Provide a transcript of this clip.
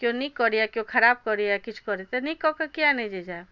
किओ नीक करैए किओ खराब करैए किछु करैए तऽ नीक कऽ कऽ किएक नहि जाएब